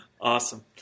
Awesome